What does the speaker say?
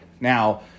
Now